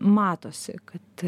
matosi kad